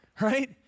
right